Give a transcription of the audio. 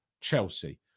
chelsea